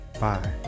bye